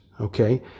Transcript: Okay